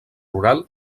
rural